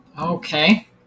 Okay